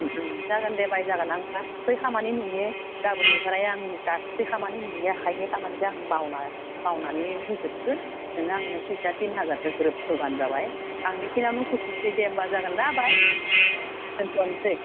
जागोन दे बाय जागोन आं गासै खामानि नोंनि गाबोननिफ्राय आं गासै खामानि नोंनि आखायनि खामानि आं मावनानै होजोबगोन नों आंनो फैसा तिन हाजारखो ग्रोब होब्लानो जाबाय आं बिखिनियावनो खुसिसै दे होमब्ला जागोन ना बाय दोनथ'नसै